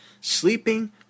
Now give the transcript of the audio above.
sleeping